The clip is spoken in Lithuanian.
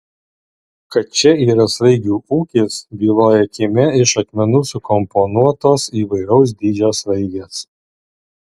kad čia yra sraigių ūkis byloja kieme iš akmenų sukomponuotos įvairaus dydžio sraigės